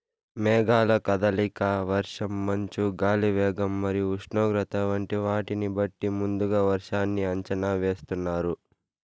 మేఘాల కదలిక, వర్షం, మంచు, గాలి వేగం మరియు ఉష్ణోగ్రత వంటి వాటిని బట్టి ముందుగా వర్షాన్ని అంచనా వేస్తున్నారు